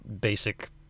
basic